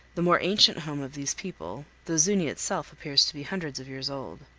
the more ancient home of these people, though zuni itself appears to be hundreds of years old.